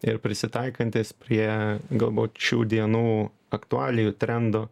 ir prisitaikantis prie galbūt šių dienų aktualijų trendo